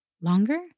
Longer